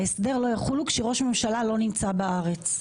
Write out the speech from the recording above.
ההסדר לא יחול כשראש הממשלה לא נמצא בארץ,